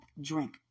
drink